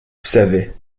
savais